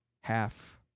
half